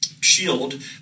shield